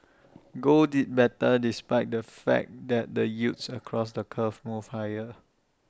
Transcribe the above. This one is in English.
gold did better despite the fact that the yields across the curve moved higher